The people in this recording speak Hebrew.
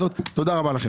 תודה רבה לכם.